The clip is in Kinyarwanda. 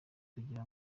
kugira